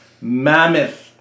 mammoth